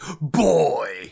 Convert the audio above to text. BOY